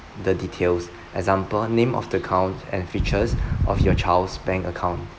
the details example name of the account and features of your child's bank account